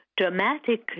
dramatically